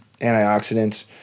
antioxidants